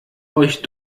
euch